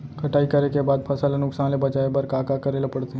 कटाई करे के बाद फसल ल नुकसान ले बचाये बर का का करे ल पड़थे?